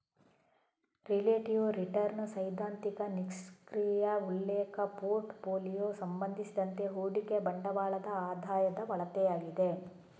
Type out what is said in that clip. relative return ಸೈದ್ಧಾಂತಿಕ ನಿಷ್ಕ್ರಿಯ ಉಲ್ಲೇಖ ಪೋರ್ಟ್ ಫೋಲಿಯೊ ಸಂಬಂಧಿಸಿದಂತೆ ಹೂಡಿಕೆ ಬಂಡವಾಳದ ಆದಾಯದ ಅಳತೆಯಾಗಿದೆ